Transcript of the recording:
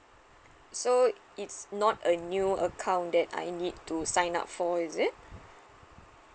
so is not a new account that I need to sign up for is it